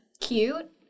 cute